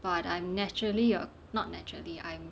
but I'm naturally not naturally I'm